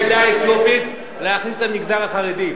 העדה האתיופית להכניס את המגזר החרדי.